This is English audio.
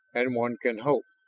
and one can hope.